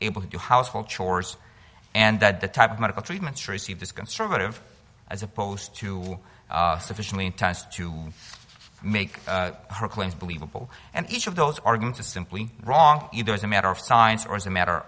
able to do household chores and that the type of medical treatments received as conservative as opposed to sufficiently intense to make her clinic believable and each of those organs is simply wrong either as a matter of science or as a matter